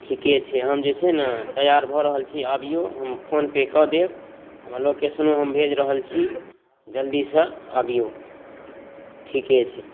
ठीके छै हम जे छै ने तैयार भऽ रहल छी आबियौ हम फोनपे कऽ देब लोकेशनो हम भेज रहल छी जल्दीसॅं आबियौ ठीके छै